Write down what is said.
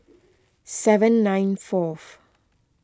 seven nine fourth